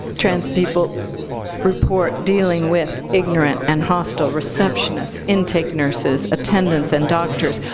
trans people report dealing with ignorant and hostile receptionists, intake nurses, attendants, and doctors.